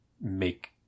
make